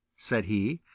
said he.